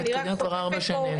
מתקדם כבר ארבע שנים.